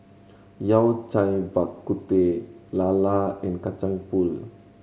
Yao Cai Bak Kut Teh lala and Kacang Pool